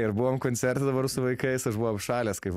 ir buvom koncerte dabar su vaikais aš buvau apšalęs kaip